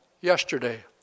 yesterday